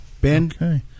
Ben